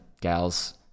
gals